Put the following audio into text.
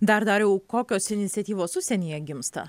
dar dariau kokios iniciatyvos užsienyje gimsta